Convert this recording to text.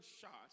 shots